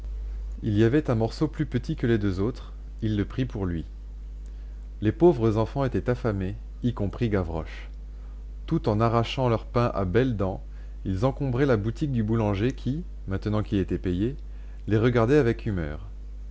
il y avait un morceau plus petit que les deux autres il le prit pour lui les pauvres enfants étaient affamés y compris gavroche tout en arrachant leur pain à belles dents ils encombraient la boutique du boulanger qui maintenant qu'il était payé les regardait avec humeur